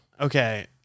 okay